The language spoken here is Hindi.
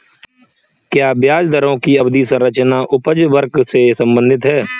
क्या ब्याज दरों की अवधि संरचना उपज वक्र से संबंधित है?